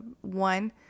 one